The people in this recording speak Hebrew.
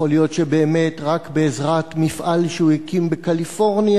יכול להיות שבאמת רק בעזרת מפעל שהוא הקים בקליפורניה